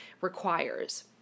requires